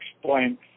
explain